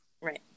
right